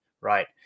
right